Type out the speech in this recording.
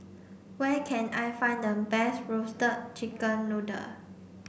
where can I find the best roasted chicken noodle